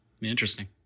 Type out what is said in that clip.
Interesting